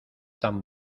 tan